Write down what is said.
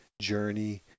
journey